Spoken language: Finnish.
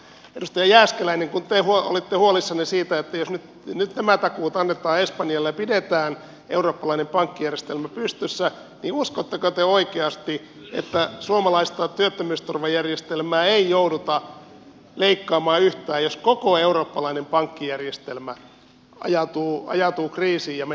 edustaja jääskeläinen kun te olitte huolissanne siitä että jos nyt nämä takuut annetaan espanjalle ja pidetään eurooppalainen pankkijärjestelmä pystyssä niin uskotteko te oikeasti että suomalaista työttömyysturvajärjestelmää ei jouduta leikkaamaan yhtään jos koko eurooppalainen pankkijärjestelmä ajautuu kriisiin ja menee nurin